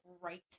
right